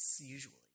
usually